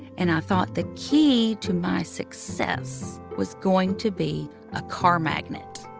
and i thought the key to my success was going to be a car magnet.